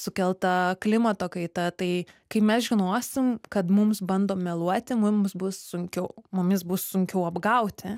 sukelta klimato kaita tai kai mes žinosim kad mums bando meluoti mums bus sunkiau mumis bus sunkiau apgauti